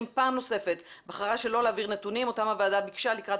פעם נוספת בחרה שלא להעביר נתונים אותם הוועדה בקישה לקראת